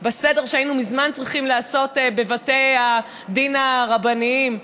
בסדר שהיינו צריכים לעשות מזמן בבתי הדין הרבניים,